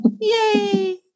Yay